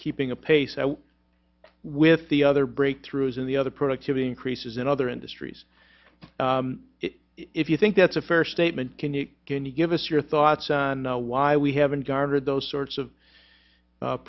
keeping a pace with the other breakthroughs in the other productivity increases in other industries if you think that's a fair statement can you can you give us your thoughts i know why we haven't garnered those sorts of